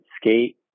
skate